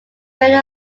drain